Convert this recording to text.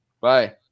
Bye